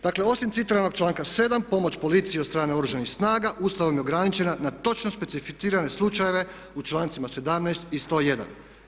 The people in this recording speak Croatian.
Dakle, osim citiranog članka 7. pomoć policiji od strane Oružanih snaga Ustavom je ograničena na točno specificirane slučajeve u člancima 17. i 101.